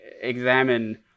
examine